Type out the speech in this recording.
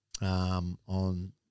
on